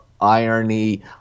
irony